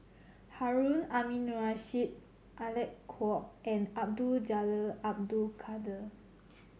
Harun Aminurrashid Alec Kuok and Abdul Jalil Abdul Kadir